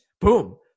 boom